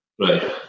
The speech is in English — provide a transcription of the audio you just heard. Right